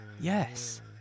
Yes